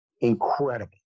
incredible